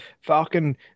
falcon